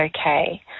okay